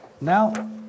Now